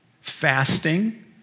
fasting